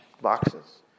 boxes